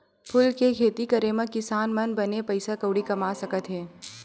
फूल के खेती करे मा किसान मन बने पइसा कउड़ी कमा सकत हे